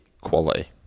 quality